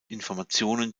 informationen